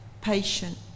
patient